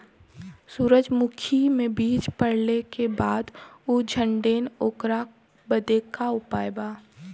सुरजमुखी मे बीज पड़ले के बाद ऊ झंडेन ओकरा बदे का उपाय बा?